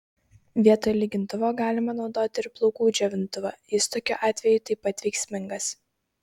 vietoj lygintuvo galima naudoti ir plaukų džiovintuvą jis tokiu atveju taip pat veiksmingas